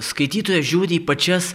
skaitytojas žiūri į pačias